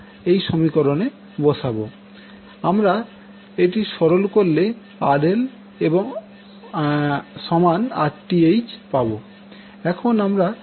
আমরা এটি সরল করলে RL সমান Rth পাবো